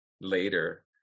later